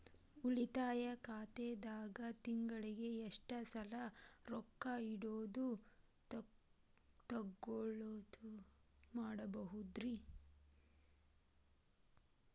ಉಳಿತಾಯ ಖಾತೆದಾಗ ತಿಂಗಳಿಗೆ ಎಷ್ಟ ಸಲ ರೊಕ್ಕ ಇಡೋದು, ತಗ್ಯೊದು ಮಾಡಬಹುದ್ರಿ?